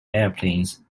airplanes